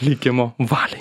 likimo valiai